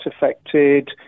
affected